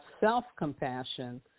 self-compassion